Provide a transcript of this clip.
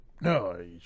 no